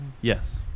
yes